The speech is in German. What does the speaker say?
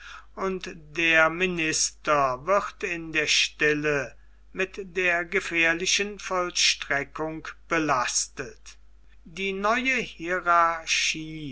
und der minister wird in der stille mit der gefährlichen vollstreckung belastet die neue hierarchie